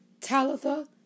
Talitha